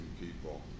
people